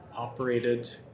operated